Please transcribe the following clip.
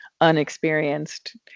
unexperienced